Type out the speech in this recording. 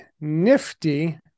nifty